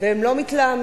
והם לא מתלהמים.